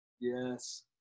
Yes